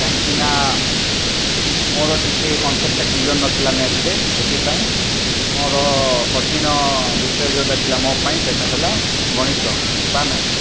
କାହିଁକିନା ମୋର ଟିକିଏ କନସେପ୍ଟଟା କ୍ଲିୟର ନଥିଲା ମ୍ୟାଥ୍ରେ ସେଥିପାଇଁ ମୋର କଠିନ ବିଷୟ ଯେଉଁଟା ଥିଲା ମୋ ପାଇଁ ସେଇଟା ହେଲା ଗଣିତ ବା ମ୍ୟାଥ୍